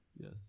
Yes